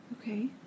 Okay